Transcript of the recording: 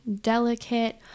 Delicate